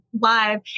live